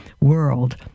world